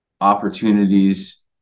opportunities